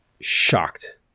shocked